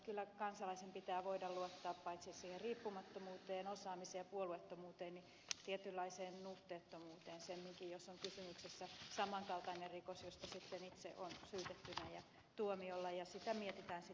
kyllä kansalaisen pitää voida luottaa paitsi siihen riippumattomuuteen osaamiseen ja puolueettomuuteen myös tietynlaiseen nuhteettomuuteen semminkin jos on kysymyksessä samankaltainen rikos josta sitten itse on syytettynä ja tuomiolla ja sitä mietitään sitten jatkossa